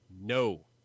No